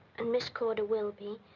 and miss corder will be,